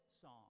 song